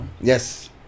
yes